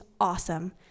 awesome